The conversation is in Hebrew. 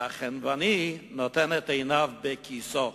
והחנווני נותן עינו בכיסו,